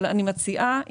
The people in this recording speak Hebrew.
אני רוצה להגיד לך,